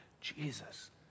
Jesus